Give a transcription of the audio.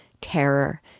terror